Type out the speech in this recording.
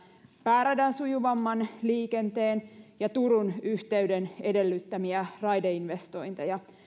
pääradan sujuvamman liikenteen ja turun yhteyden edellyttämiä raideinvestointeja jos